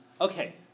Okay